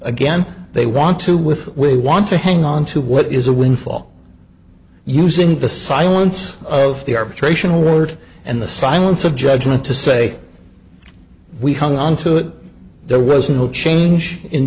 again they want to with we want to hang on to what is a windfall using the silence of the arbitration award and the silence of judgment to say we hung on to it there was no change in